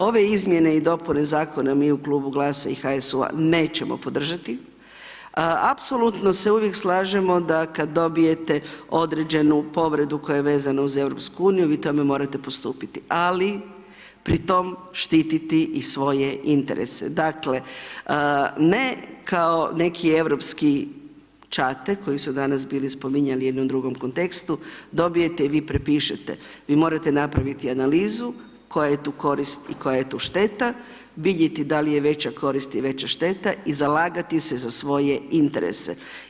Ove izmjene i dopune zakona mi u Klubu GLAS-a i HSU-a nećemo podržati, apsolutno se uvijek slažemo, da kada dobijete određenu povredu koja je vezana za EU, vi tome morate postupiti, ali pri tom štititi i svoje interese, dakle ne kao neki europski ćate koji su danas bili spominjali u jednom drugom kontekstu, dobijete i vi prepišete, vi morate napraviti analizu koja je tu korist i koja je tu šteta, vidjeti da li je veća korist i veća šteta i zalagati se za svoje interese.